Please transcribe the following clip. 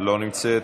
לא נמצאת,